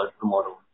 tomorrow